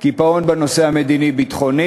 קיפאון בנושא המדיני-ביטחוני,